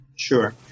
Sure